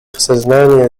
сознании